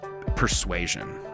persuasion